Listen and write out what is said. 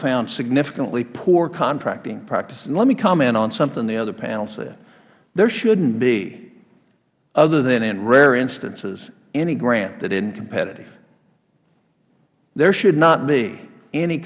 found significantly poor contracting practices let me comment on something the other panel said there shouldnt be other than in rare instances any grant that isnt competitive there should not be any